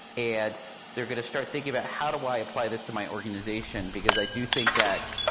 and they're going to start thinking about, how do i apply this to my organization, because i do think that